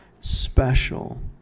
special